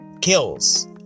Kills